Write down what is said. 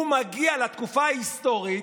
הוא מגיע לתקופה ההיסטורית